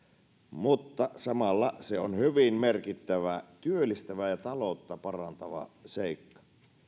mutta samalla se on hyvin merkittävä työllistävä ja taloutta parantava seikka